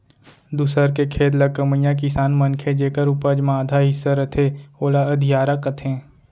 दूसर के खेत ल कमइया किसान मनखे जेकर उपज म आधा हिस्सा रथे ओला अधियारा कथें